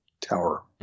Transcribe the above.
tower